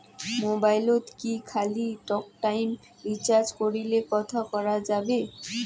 মোবাইলত কি খালি টকটাইম রিচার্জ করিলে কথা কয়া যাবে?